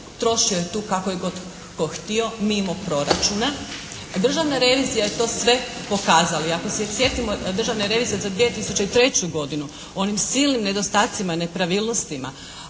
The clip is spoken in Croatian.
Trošio je tu kako je god tko htio mimo proračuna. Državna revizija je to sve pokazala. I ako se sjetimo državne revizije za 2003. godinu onim silnim nedostacima i nepravilnostima,